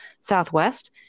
southwest